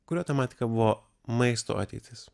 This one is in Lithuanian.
kurio tematika buvo maisto ateitis